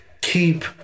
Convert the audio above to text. keep